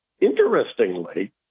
interestingly